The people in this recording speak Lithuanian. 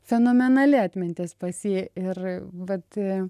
fenomenali atmintis pas jį ir vat